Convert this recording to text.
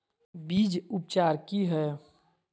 बीज उपचार कि हैय?